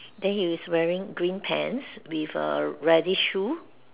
than he is wearing green pants with a reddish shoe